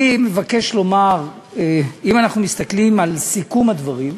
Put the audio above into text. אני מבקש לומר, אם אנחנו מסתכלים על סיכום הדברים,